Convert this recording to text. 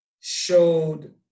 showed